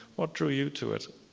what drew you to it?